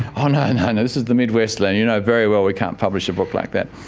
ah no, and no, this is the midwest leon, you know very well we can't publish a book like that.